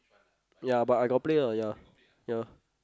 ya but I got on ya ya